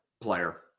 player